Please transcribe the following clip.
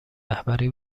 رهبری